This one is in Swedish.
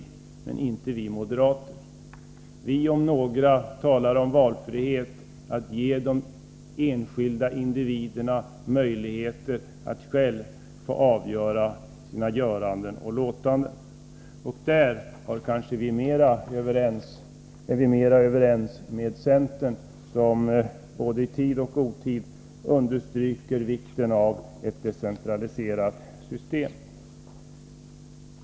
Men det är inte vi moderater. Vi om några talar om valfrihet, om att ge de enskilda individerna möjligheter att själva bestämma sina göranden och låtanden. Där är vi kanske mera överens med centern, som i både tid och otid understryker vikten av ett decentraliserat system.